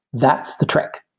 that's the trick.